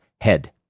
head